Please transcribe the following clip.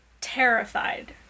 terrified